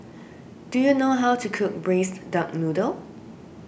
do you know how to cook Braised Duck Noodle